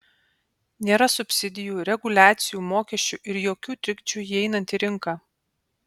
nėra subsidijų reguliacijų mokesčių ir jokių trikdžių įeinant į rinką